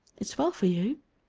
it's well for you,